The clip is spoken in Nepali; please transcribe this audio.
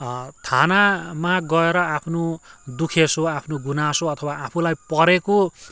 थानामा गएर आफ्नो दुखेसो आफ्नो गुनासो अथवा आफूलाई परेको